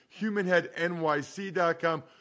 humanheadnyc.com